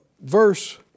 verse